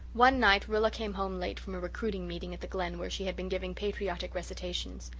one night rilla came home late from a recruiting meeting at the glen where she had been giving patriotic recitations.